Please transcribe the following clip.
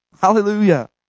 Hallelujah